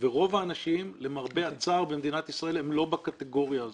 ורוב האנשים למרבה הצער במדינת ישראל הם לא בקטגוריה הזאת.